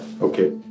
Okay